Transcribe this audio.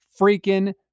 freaking